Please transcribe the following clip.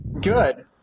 Good